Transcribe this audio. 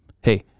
Hey